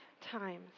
times